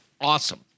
awesome